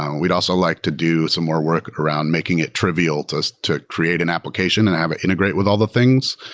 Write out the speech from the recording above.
um and we'd also like to do some more work around making it trivial to so to create an application and have it integrate with all the things.